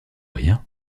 rien